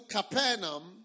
Capernaum